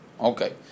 Okay